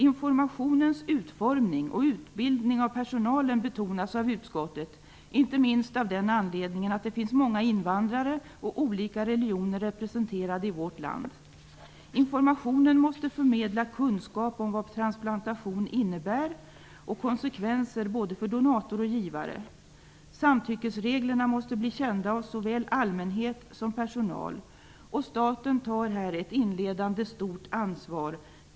Informationens utformning och utbildning av personalen betonas av utskottet, inte minst av den anledningen att det finns många invandrare och olika religioner representerade i vårt land. Informationen måste förmedla kunskap om vad transplantation innebär och konsekvenser för både donator och givare. Samtyckesreglerna måste bli kända av såväl allmänhet som personal. Staten tar ett inledande stort ansvar.